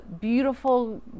beautiful